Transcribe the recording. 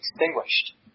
extinguished